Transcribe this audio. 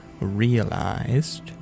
realized